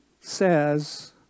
says